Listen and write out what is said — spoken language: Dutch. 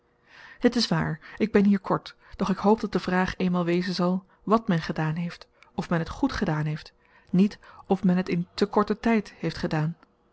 het is waar ik ben hier kort doch ik hoop dat de vraag eenmaal wezen zal wat men gedaan heeft of men het goed gedaan heeft niet of men het in te korten tyd heeft gedaan